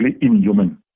inhuman